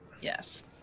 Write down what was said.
Yes